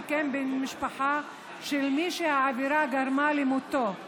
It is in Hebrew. וכן בן משפחה של מי שהעבירה גרמה למותו.